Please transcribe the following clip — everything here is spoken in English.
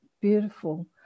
beautiful